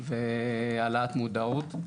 והעלאת המודעות בנושא,